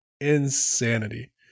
Insanity